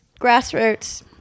grassroots